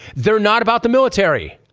they're not about the military.